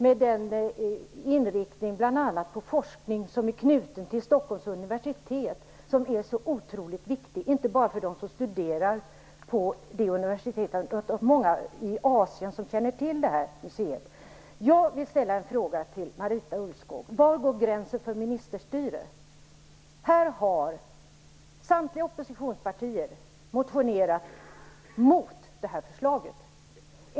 Det har en inriktning på bl.a. forskning, knuten till Stockholms universitet. Detta är otroligt viktigt, inte bara för dem som studerar på universitetet. Det finns också många i Asien som känner till museet. Jag vill fråga Marita Ulvskog: Var går gränsen för ministerstyre? Här har samtliga oppositionspartier motionerat mot förslaget.